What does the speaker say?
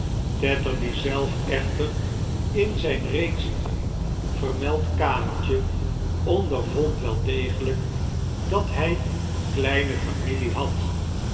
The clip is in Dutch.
tetterby zelf echter in zijn reeds vermeld kamertje ondervond wel degelijk dat hij kleine familie had